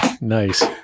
Nice